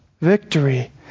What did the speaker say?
victory